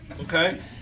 Okay